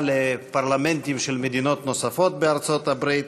לפרלמנטים של מדינות נוספות בארצות הברית.